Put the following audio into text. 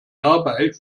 dabei